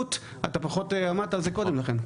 בדחיפות אתה פחות --- אמרת את זה קודם לכן.